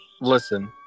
listen